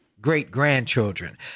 great-grandchildren